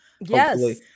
Yes